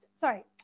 sorry